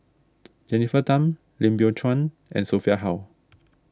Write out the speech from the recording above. Jennifer Tham Lim Biow Chuan and Sophia Hull